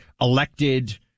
elected